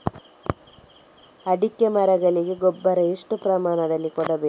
ಅಡಿಕೆ ಮರಗಳಿಗೆ ಗೊಬ್ಬರ ಎಷ್ಟು ಪ್ರಮಾಣದಲ್ಲಿ ಕೊಡಬೇಕು?